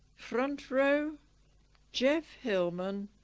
front row geoff hillman,